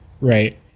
right